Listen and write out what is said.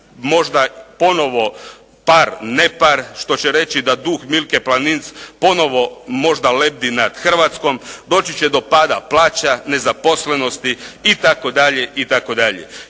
možda ponovo par-nepar što će reći da dug Milke Planinc ponovo možda leti nad Hrvatskom, doći će do pada plaća, nezaposlenosti itd., itd.